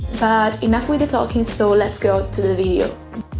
but enough with the talking, so let's go to the video!